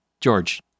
George